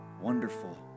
wonderful